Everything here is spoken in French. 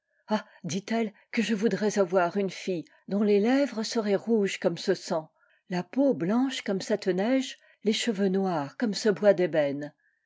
dit-elle que je voudrais avoir une tîlle dont les lèvres seraient rouges comme ce sang la peau blanche comme cette neige les cheveux noirs comme ce bois d'ébène